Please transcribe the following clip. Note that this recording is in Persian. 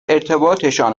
ارتباطشان